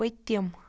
پٔتِم